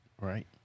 right